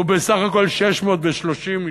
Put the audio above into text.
היא בסך הכול 630 מיליון.